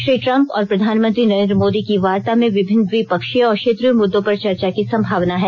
Shri Trump और प्रधानमंत्री नरेन्द्र मोदी की वार्ता में विभिन्न द्विपक्षीय और क्षेत्रीय मुद्दों पर चर्चा की सम्भावना है